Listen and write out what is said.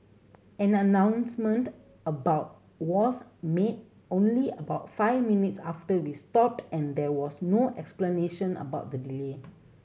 an announcement about was made only about five minutes after we stopped and there was no explanation about the delay